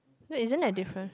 isn't it different